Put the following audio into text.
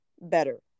better